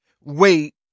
wait